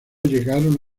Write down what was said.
llegaron